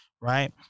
right